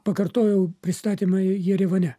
pakartojau pristatymai jerevane